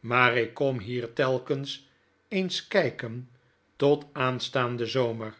maar ik kom hrer telkens eens kijken tot aanstaanden zomer